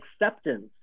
acceptance